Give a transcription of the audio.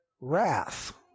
wrath